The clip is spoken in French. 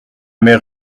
mère